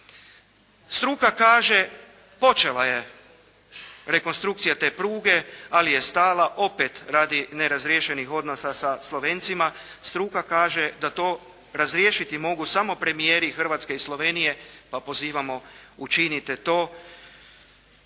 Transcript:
Struka kaže počela je rekonstrukcija te pruge ali je stala opet radi nerazriješenih odnosa sa Slovencima. Struka kaže da to razriješiti mogu samo premijeri Hrvatske i Slovenija, pa pozivamo učinite to